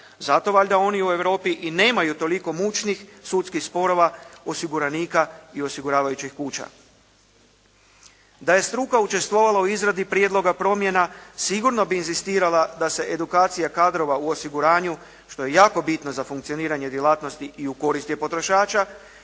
zato valjda oni u Europi i nemaju toliko mučnih sudskih sporova osiguranika i osiguravajućih kuća. Da je struka učestvovala u izradi prijedlog promjena, sigurno bi inzistirala da se edukacija kadrova u osiguranju, što je jako bitno za funkcioniranje djelatnosti i u korist potrošača